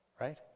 right